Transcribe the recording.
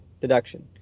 Deduction